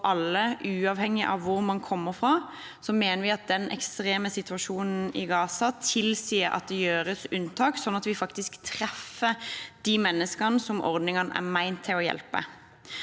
uavhengig av hvor man kommer fra, mener vi at den ekstreme situasjonen i Gaza tilsier at det gjøres unntak slik at vi faktisk treffer de menneskene ordningene er ment å hjelpe.